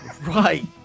right